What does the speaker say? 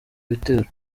bitero